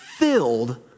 filled